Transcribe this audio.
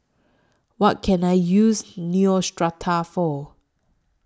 What Can I use Neostrata For